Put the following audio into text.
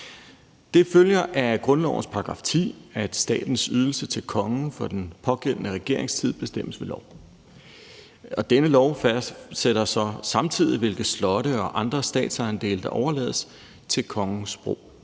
Det følger af grundlovens § 10, at statens ydelser til kongen for den pågældende regeringstid bestemmes ved lov, og denne lov fastsætter så samtidig, hvilke slotte og andre statsejendele, der overlades til kongens brug.